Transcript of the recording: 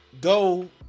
Go